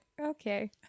Okay